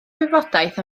wybodaeth